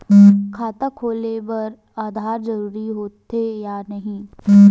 खाता खोले बार आधार जरूरी हो थे या नहीं?